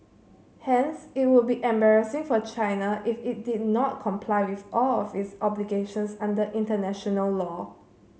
hence it would be embarrassing for China if it did not comply with all of its obligations under international law